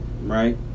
right